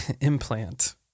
Implant